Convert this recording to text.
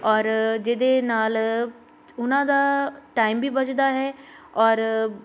ਔਰ ਜਿਹਦੇ ਨਾਲ ਉਹਨਾਂ ਦਾ ਟਾਈਮ ਵੀ ਬਚਦਾ ਹੈ ਔਰ